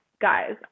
guys